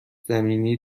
زمینی